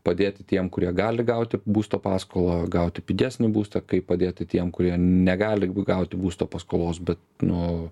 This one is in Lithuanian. padėti tiem kurie gali gauti būsto paskolą gauti pigesnį būstą kaip padėti tiem kurie negali gauti būsto paskolos bet nu